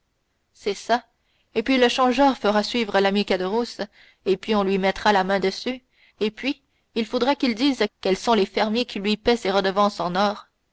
c'est ça et puis le changeur fera suivre l'ami caderousse et puis on lui mettra la main dessus et puis il faudra qu'il dise quels sont les fermiers qui lui paient ses redevances en or